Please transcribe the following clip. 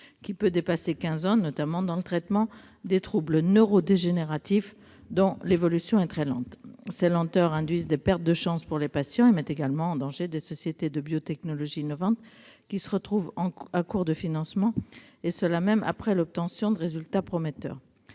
à plus de quinze ans, notamment dans le traitement des troubles neurodégénératifs, dont l'évolution est très lente. Ces lenteurs induisent des pertes de chances pour les patients et mettent en danger des sociétés de biotechnologies innovantes, qui se retrouvent à court de financements, et ce même après l'obtention de résultats prometteurs.